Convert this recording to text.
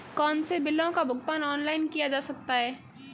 कौनसे बिलों का भुगतान ऑनलाइन किया जा सकता है?